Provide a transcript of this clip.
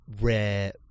rare